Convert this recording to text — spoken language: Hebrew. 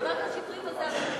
חבר הכנסת שטרית עוזב.